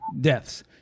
deaths